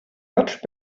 much